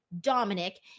Dominic